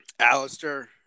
Alistair